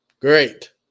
Great